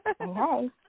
hi